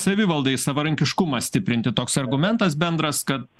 savivaldai savarankiškumą stiprinti toks argumentas bendras kad